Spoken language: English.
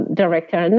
director